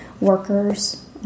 Workers